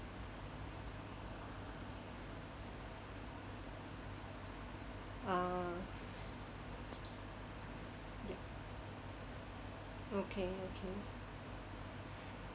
ah okay okay